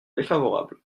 défavorable